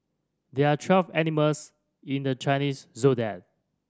there are twelve animals in the Chinese Zodiac